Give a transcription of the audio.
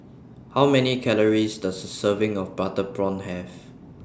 How Many Calories Does A Serving of Butter Prawn Have